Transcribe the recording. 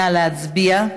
נא להצביע.